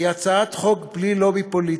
היא הצעת חוק בלי לובי פוליטי,